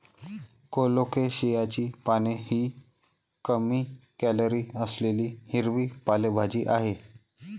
कोलोकेशियाची पाने ही कमी कॅलरी असलेली हिरवी पालेभाजी आहे